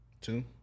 two